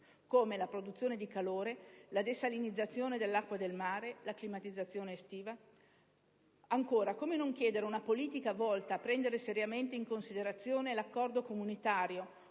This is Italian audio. come la produzione di calore, la desalinizzazione dell'acqua del mare, la climatizzazione estiva? Come non chiedere, ancora, una politica volta a prendere seriamente in considerazione l'accordo comunitario